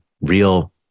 real